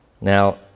Now